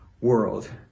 world